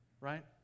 right